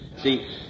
See